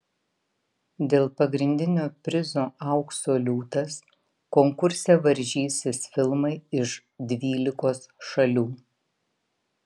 dėl pagrindinio prizo aukso liūtas konkurse varžysis filmai iš dvylikos šalių